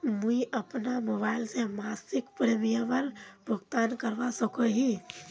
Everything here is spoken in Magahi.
मुई अपना मोबाईल से मासिक प्रीमियमेर भुगतान करवा सकोहो ही?